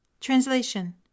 Translation